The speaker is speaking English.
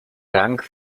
trunk